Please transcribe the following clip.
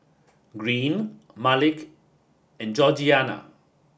Greene Malik and Georgiana